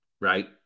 right